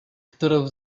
którą